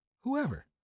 whoever